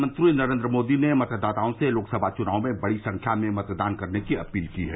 प्रधानमंत्री नरेन्द्र मोदी ने मतदाओं से लोकसभा चुनाव में बड़ी संख्या में मतदान की अपील की है